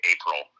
April